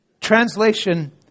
Translation